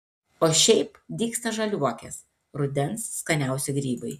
o šiaip dygsta žaliuokės rudens skaniausi grybai